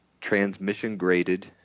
transmission-graded